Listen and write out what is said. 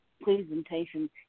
presentation